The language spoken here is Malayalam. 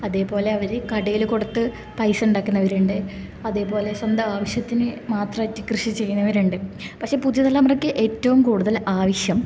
അതേപോലെ അവർ കടയിൽ കൊട്ത്ത് പൈസ ഉണ്ടാക്കുന്നവരുണ്ട് അതേപോലെ സ്വന്തം ആവശ്യത്തിന് മാത്രമായിട്ട് കൃഷി ചെയ്യുന്നവരുണ്ട് പക്ഷേ പുതിയ തലമുറക്ക് ഏറ്റോം കൂടുതൽ ആവശ്യം